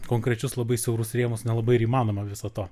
konkrečius labai siaurus rėmus nelabai ir įmanoma viso to